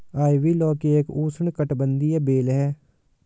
ivy लौकी एक उष्णकटिबंधीय बेल है